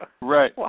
Right